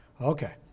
Okay